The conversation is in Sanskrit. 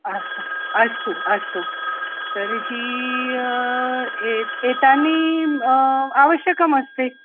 अस्तु अस्तु अस्तु तर्हि एतत् एतानि आवश्यकानि अस्ति